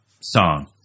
song